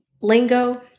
lingo